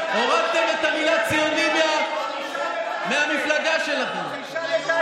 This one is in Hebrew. הורדתם את המילה "ציונית" מהמפלגה שלכם.